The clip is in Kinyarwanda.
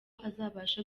azabashe